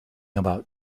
about